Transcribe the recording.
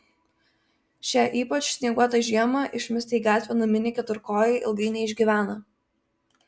šią ypač snieguotą žiemą išmesti į gatvę naminiai keturkojai ilgai neišgyvena